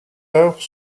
œuvres